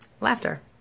laughter